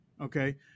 Okay